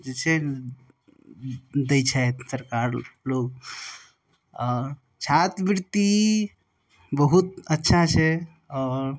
जे छै दै छथि सरकार लोग आओर छात्रवृत्ति बहुत अच्छा छै आओर